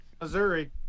Missouri